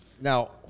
now